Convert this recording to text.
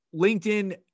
LinkedIn